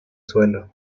suelo